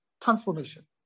transformation